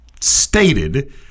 stated